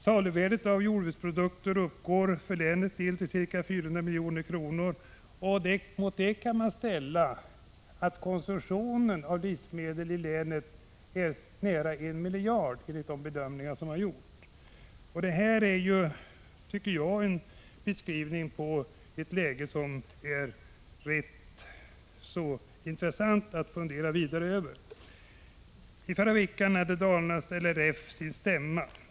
Saluvärdet av jordbruksprodukter uppgår för länets del till ca 400 milj.kr. Till det kan man lägga att konsumtionen av livsmedel i länet uppgår till nära en miljard, enligt en bedömning som har gjorts. Detta tycker jag är en beskrivning av läget som är rätt intressant att fundera vidare över. I förra veckan hade Dalarnas LRF stämma.